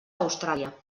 austràlia